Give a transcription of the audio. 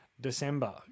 December